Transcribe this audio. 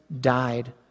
died